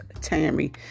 Tammy